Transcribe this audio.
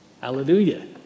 Hallelujah